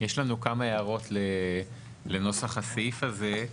יש לנו כמה הערות לנוסח הסעיף הזה,